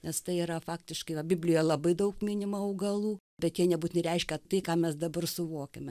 nes tai yra faktiškai va biblijoje labai daug minima augalų bet nebūtinai reiškia tai ką mes dabar suvokiame